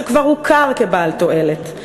שכבר הוכר כבעל תועלת.